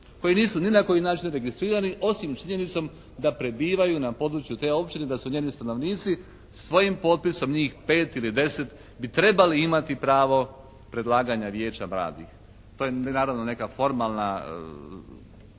koji nisu ni na koji način registrirani osim činjenicom da prebivaju na području te općine, da su njeni stanovnici. Svojim potpisom njih pet ili deset bi trebali imati pravo predlaganja vijeća mladih. To je naravno neko formalno